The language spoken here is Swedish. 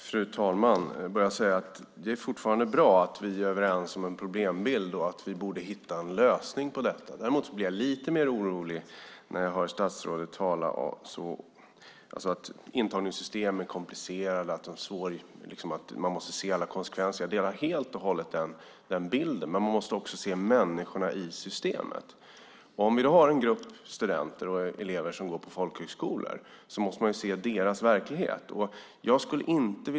Fru talman! Jag vill börja med att säga att det fortfarande är bra att vi är överens om en problembild och att vi borde hitta en lösning på detta. Däremot blir jag lite mer orolig när jag hör statsrådet tala. Intagningssystem är komplicerade, och man måste se alla konsekvenser. Jag delar helt och hållet den bilden, men man måste också se människorna i systemet. Om vi då har en grupp studenter och elever som går på folkhögskolor måste vi se deras verklighet.